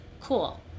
cool